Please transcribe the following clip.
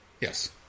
Yes